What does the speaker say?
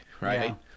right